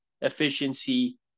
efficiency